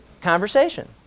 conversation